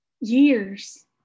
years